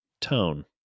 tone